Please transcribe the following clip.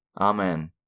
Amen